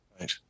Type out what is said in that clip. right